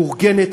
מאורגנת,